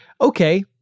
Okay